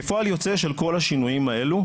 כפועל יוצא של כל השינויים האלה,